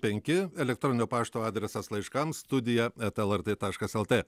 penki elektroninio pašto adresas laiškams studija eta lrt taškas lt